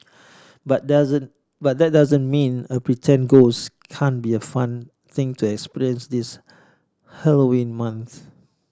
but doesn't but that doesn't mean a pretend ghost can't be a fun thing to experience this Halloween month